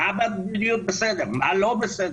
מה במדיניות בסדר, מה לא בסדר,